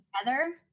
together